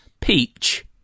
Peach